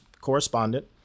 correspondent